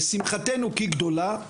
לשמחתנו כי גדולה,